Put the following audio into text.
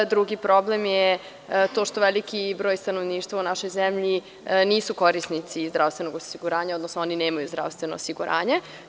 Drugi problem je to što veliki broj stanovništva u našoj zemlji nisu korisnici zdravstvenog osiguranja, odnosno oni nemaju zdravstveno osiguranje.